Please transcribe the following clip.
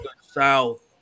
South